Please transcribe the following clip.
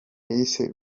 ese